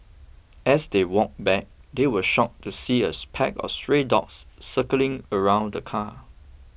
as they walked back they were shocked to see as pack of stray dogs circling around the car